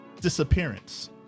Disappearance